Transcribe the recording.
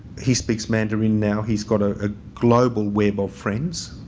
he speaks mandarin now. he's got a ah global web of friends